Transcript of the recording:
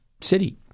city